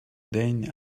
daigne